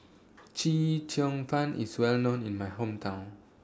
Chee Cheong Fun IS Well known in My Hometown